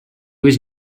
was